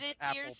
apple